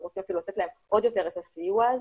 רוצים אפילו לתת להם עוד יותר את הסיוע הזה,